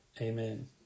Amen